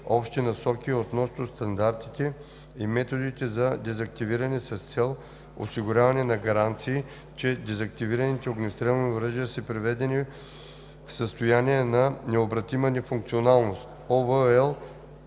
общи насоки относно стандартите и методите за дезактивиране с цел осигуряване на гаранции, че дезактивираните огнестрелни оръжия са приведени в състояние на необратима нефункционалност (ОВ,